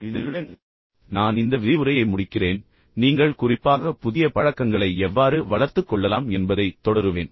எனவே இதனுடன் நான் இந்த விரிவுரையை முடிக்கிறேன் பின்னர் நீங்கள் குறிப்பாக புதிய பழக்கங்களை எவ்வாறு வளர்த்துக் கொள்ளலாம் என்பதைத் தொடருவேன்